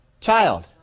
child